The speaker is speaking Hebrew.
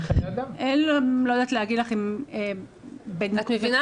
אני לא יודעת להגיד לך --- את מבינה,